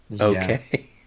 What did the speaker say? Okay